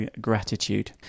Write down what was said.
gratitude